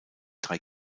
drei